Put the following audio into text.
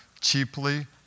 cheaply